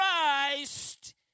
Christ